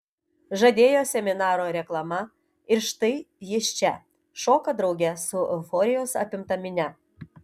žadėjo seminaro reklama ir štai jis čia šoka drauge su euforijos apimta minia